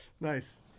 Nice